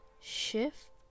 shift